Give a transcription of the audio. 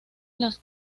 las